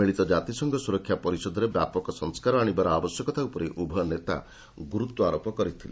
ମିଳିତ କାତିସଂଘ ସୁରକ୍ଷା ପରିଷଦରେ ବ୍ୟାପକ ସଂସ୍କାର ଆଣିବାର ଆବଶ୍ୟକତା ଉପରେ ଉଭୟ ନେତା ଗୁରୁତ୍ୱ ଆରୋପ କରିଥିଲେ